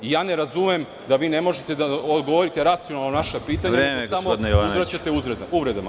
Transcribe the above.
Ne razumem da vi ne možete da odgovorite racionalno na naša pitanja nego samo uzvraćate uvredama.